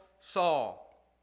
Saul